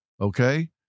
okay